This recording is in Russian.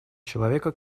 человека